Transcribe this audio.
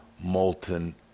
molten